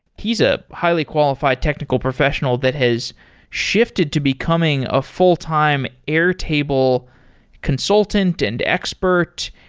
he's a highly-qualified technical professional that has shifted to becoming a full-time airtable consultant and expert.